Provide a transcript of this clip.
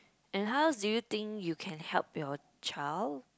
and how else do you think you can help your child